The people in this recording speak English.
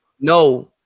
no